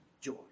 joy